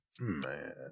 man